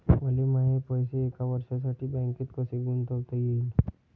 मले माये पैसे एक वर्षासाठी बँकेत कसे गुंतवता येईन?